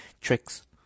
tricks